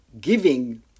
giving